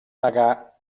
negar